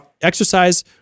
Exercise